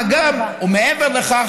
מעבר לכך,